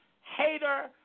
hater